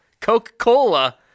Coca-Cola